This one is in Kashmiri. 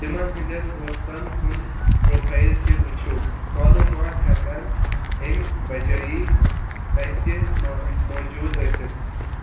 تمن ہٕنٛدٮ۪ن دوستن ہُنٛد پرٛوفایل تہِ وٕچھِو معلومات ہیٚکن امہِ بجایہِ تَتہِ موٗجوٗد ٲستھ